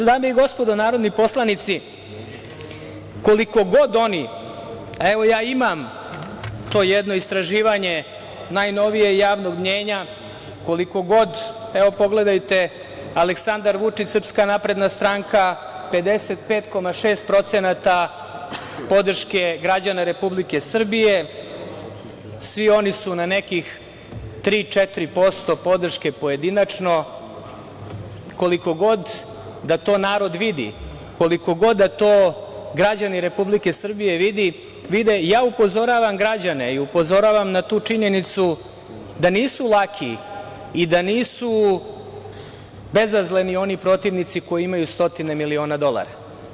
Dame i gospodo narodni poslanici, koliko god oni, evo, ja imam to jedno istraživanje najnovije javnog mnjenja, evo, pogledajte, Aleksandar Vučić, SNS, 55,6% podrške građana Republike Srbije, svi oni su na nekih 3-4% podrške pojedinačno, koliko god da to narod vidi, koliko god da to građani Republike Srbije vide, upozoravam građane na tu činjenicu da nisu laki i da nisu bezazleni oni protivnici koji imaju stotine miliona dolara.